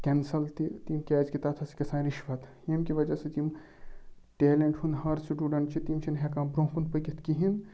cancel تہِ کیازِکہِ تَتھ ہَس چھِ گژھان رِشوَت ییٚمہِ کہِ وجہ سۭتۍ یِم ٹیلنٛٹ ہُنٛد ہر سٹوٗڈَنٹ چھِ تِم چھِنہٕ ہیٚکان برونٛہہ کُن پٔکِتھ کِہیٖنۍ